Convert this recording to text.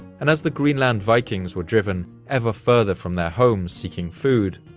and as the greenland vikings were driven ever further from their homes seeking food,